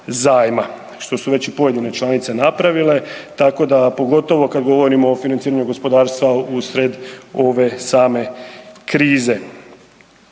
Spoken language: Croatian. što su već i pojedine članice napravile tako da pogotovo kad govorimo o financiranju gospodarstva usred ove same krize.